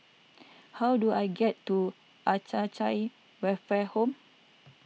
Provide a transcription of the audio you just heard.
how do I get to Acacia Welfare Home